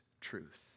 truth